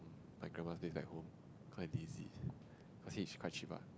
my grandma's place back home cause I lazy cause hitch quite cheap ah